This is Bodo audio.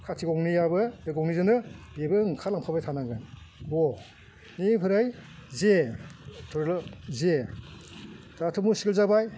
खाथि गंनैयाबो बे गंनैजोंनो बेबो ओंखारलांफाबाय थानांगोन ग बेनिफ्राय जे धरिल' जे दाथ' मुसखिल जाबाय